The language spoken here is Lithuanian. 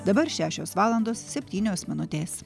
dabar šešios valandos septynios minutės